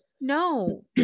No